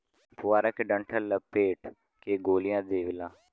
पुआरा के डंठल लपेट के गोलिया देवला